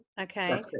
Okay